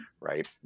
right